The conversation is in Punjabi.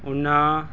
ਉਹਨਾਂ